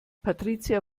patricia